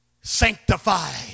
Sanctify